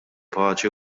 paċi